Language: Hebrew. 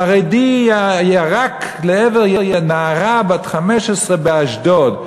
חרדי ירק לעבר נערה בת 15 באשדוד.